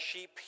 sheep